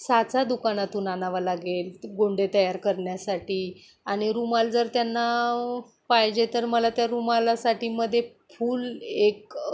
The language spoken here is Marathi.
साचा दुकानातून आणावा लागेल गोंडे तयार करण्यासाठी आणि रुमाल जर त्यांना पाहिजे तर मला त्या रुमालासाठी मध्ये फूल एक